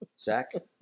Zach